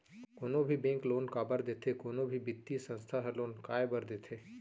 कोनो भी bank loan काबर देथे कोनो भी बित्तीय संस्था ह लोन काय बर देथे?